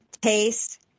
taste